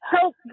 Help